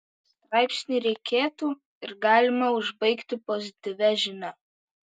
straipsnį reikėtų ir galima užbaigti pozityvia žinia